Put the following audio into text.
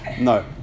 No